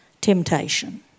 temptation